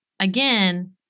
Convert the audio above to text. again